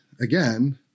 again